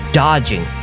dodging